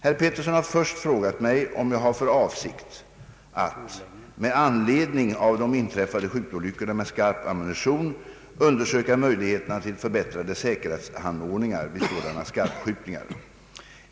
Herr Pettersson har först frågat mig om jag har för avsikt att, med anledning av de inträffade skjutolyckorna med skarp ammunition, undersöka möjligheterna till förbättrade säkerhetsanordningar vid sådana skarpskjutningar.